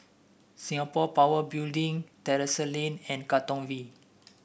Singapore Power Building Terrasse Lane and Katong V